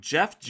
Jeff